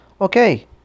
Okay